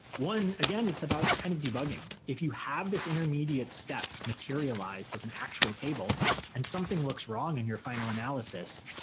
one, again, it's about kind of debugging. if you have this intermediate step materialized as an actual table and something looks wrong in your final analysis,